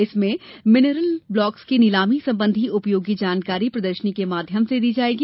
conclave में mineral blocks की नीलामी संबंधी उपयोगी जानकारी प्रदर्शनी के माध्यम से दी जायेगी